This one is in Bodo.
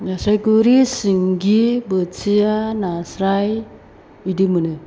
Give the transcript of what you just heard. नास्राय गोरि सिंगि बोथिया नास्राय बिदि मोनो